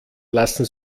lassen